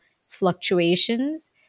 fluctuations